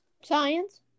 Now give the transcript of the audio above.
Science